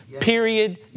Period